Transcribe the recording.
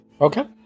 Okay